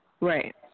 Right